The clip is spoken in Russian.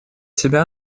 себя